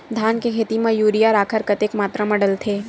धान के खेती म यूरिया राखर कतेक मात्रा म डलथे?